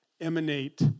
emanate